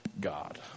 God